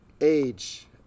age